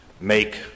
make